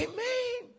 Amen